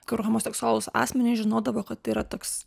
kur homoseksualūs asmenys žinodavo kad tai yra toks